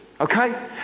okay